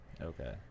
okay